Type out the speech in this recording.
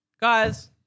Guys